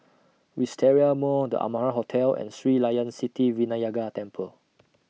Wisteria Mall The Amara Hotel and Sri Layan Sithi Vinayagar Temple